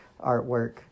artwork